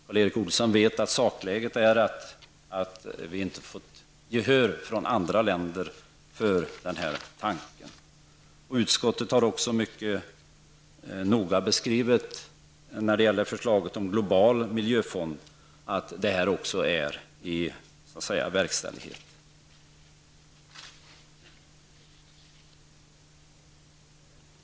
Karl Erik Olsson vet att sakläget är att vi inte har fått gehör från andra länder för den tanken. Utskottet har också mycket noga beskrivit att förslaget om global miljöfond är så att säga i verkställighet.